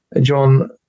John